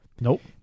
Nope